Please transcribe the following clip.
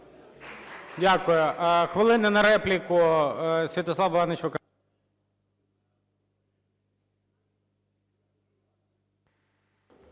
Дякую. Хвилина на репліку